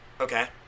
Okay